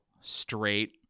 straight